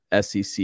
SEC